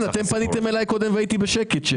אתם פניתם אליי קודם והייתי בשקט.